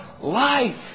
life